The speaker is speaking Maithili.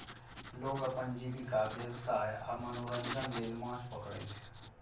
लोग अपन जीविका, व्यवसाय आ मनोरंजन लेल माछ पकड़ै छै